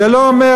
זה לא אומר,